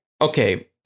okay